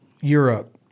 Europe